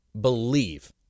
believe